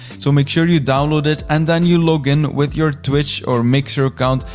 so make sure you download it and then you log in with your twitch or mixer account,